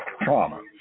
trauma